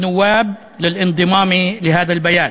אני קורא לחברי הכנסת להצטרף להצהרה זו.)